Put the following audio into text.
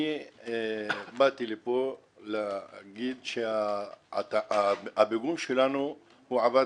אני באתי לפה להגיד שהפיגום שלנו עבד